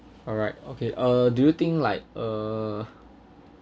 alright okay uh do you think like uh